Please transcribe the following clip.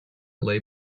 lay